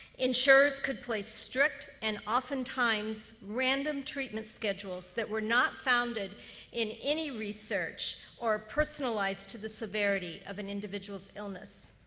insurers could place strict and oftentimes random treatment schedules that were not founded in any research or personalized to the severity of an individual's illness.